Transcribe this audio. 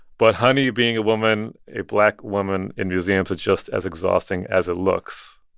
but honey, being a woman, a black woman in museums, is just as exhausting as it looks.